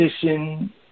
position